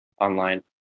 online